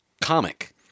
comic